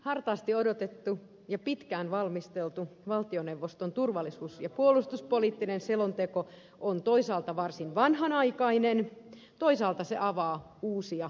hartaasti odotettu ja pitkään valmisteltu valtioneuvoston turvallisuus ja puolustuspoliittinen selonteko toisaalta on varsin vanhanaikainen toisaalta se avaa uusia latuja